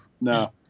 No